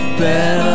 better